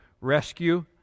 rescue